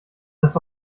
das